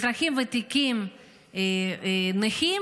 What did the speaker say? אזרחים ותיקים נכים,